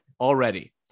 already